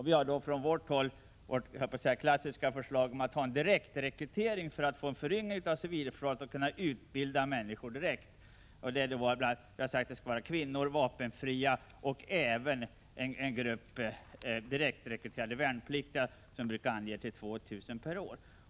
Vi har från vårt håll framfört vårt närmast klassiska förslag om direktrekrytering. Det skulle medföra en föryngring av civilförsvaret och göra att vi skulle kunna utbilda människor direkt. Vi har sagt att det skall gälla kvinnor, vapenfria och även en grupp direktrekryterade värnpliktiga. Vi brukar ange att den gruppen bör vara 2 000 per år.